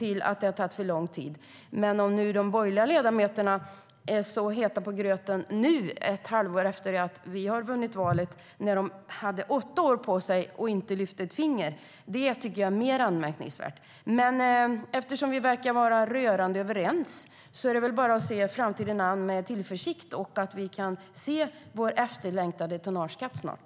Jag tycker dock att det är mer anmärkningsvärt att de borgerliga ledamöterna är så heta på gröten nu, ett halvår efter det att vi vann valet. De hade åtta år på sig och lyfte inte ett finger. Eftersom vi verkar vara rörande överens är det väl bara att se framtiden an med tillförsikt och hoppas att vi snart får se vår efterlängtade tonnageskatt.